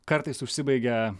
kartais užsibaigia